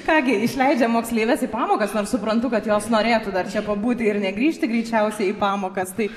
ką gi išleidžiam moksleives į pamokas nors suprantu kad jos norėtų dar čia pabūti ir negrįžti greičiausiai į pamokas tai